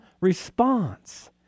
response